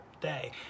day